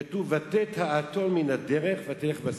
כתוב: "ותט האתון מן הדרך ותלך בשדה".